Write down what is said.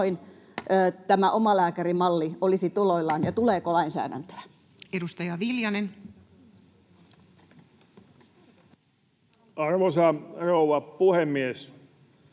tämä omalääkärimalli olisi tuloillaan ja tuleeko lainsäädäntöä? Edustaja Viljanen. Arvoisa rouva puhemies!